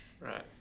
Right